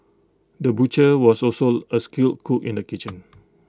the butcher was also A skilled cook in the kitchen